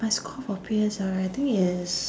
my score for P_S_L_E I think is